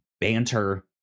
banter